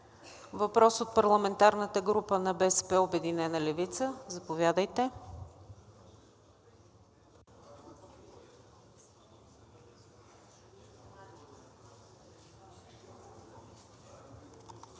Въпрос от парламентарната група на „БСП – Обединена левица“? Заповядайте.